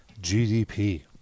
GDP